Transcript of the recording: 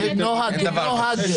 נוהג.